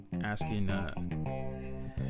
asking